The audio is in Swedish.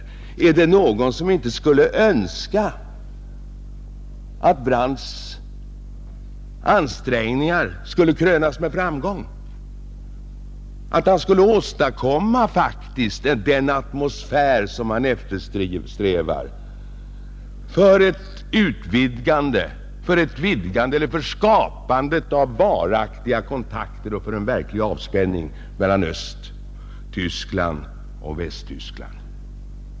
Men finns det någon som inte önskar att Brandts ansträngningar kunde krönas med framgång, att han kunde åstadkomma den atmosfär som han eftersträvar för skapandet av varaktiga kontakter och för en verklig avspänning mellan Östtyskland och Västtyskland?